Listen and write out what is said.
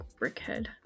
Brickhead